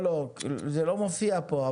לא, לא, זה לא מופיע פה.